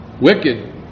wicked